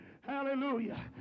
Hallelujah